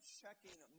checking